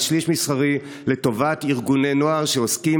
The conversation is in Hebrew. על שליש משכרי לטובת ארגוני נוער שעוסקים